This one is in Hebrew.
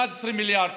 11 מיליארד שקלים.